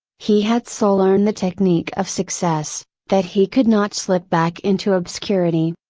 he had so learned the technique of success, that he could not slip back into obscurity.